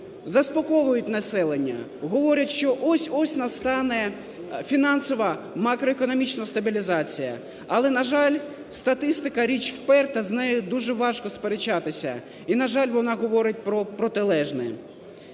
заспокоюють населення, говорять, що ось-ось настане фінансова макроекономічна стабілізація. Але, на жаль, статистика – річ вперта, з нею дуже важко сперечатися і, на жаль, вона говорить про протилежне.